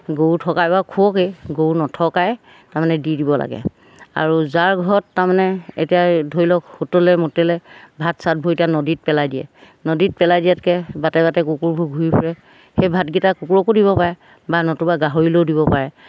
গৰু থকাই বাৰু খুৱাকেই গৰু নথকাই তাৰমানে দি দিব লাগে আৰু যাৰ ঘৰত তাৰমানে এতিয়া ধৰি লওক হোটেলে মোটেলে ভাত চাতবোৰ এতিয়া নদীত পেলাই দিয়ে নদীত পেলাই দিয়াতকৈ বাটে বাটে কুকুৰবোৰ ঘূৰি ফুৰে সেই ভাতকেইটা কুকুৰকো দিব পাৰে বা নতুবা গাহৰিলেও দিব পাৰে